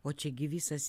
o čia gi visas